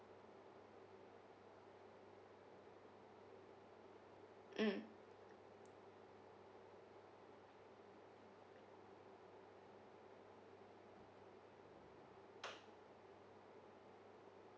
mm